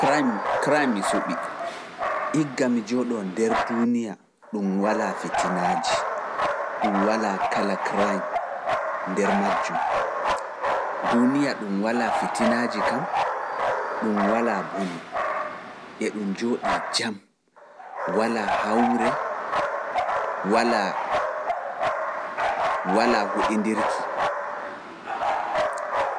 Crime mi suɓi, igga mi jooɗoo nder duuniya ɗum walaa fitinaaji, ɗum walaa kala crime nder majjum, duuniya ɗum walaa fitinaaji kam, ɗum walaa bone, e ɗum jooɗii jam, walaa hawre, walaa huɗindirki,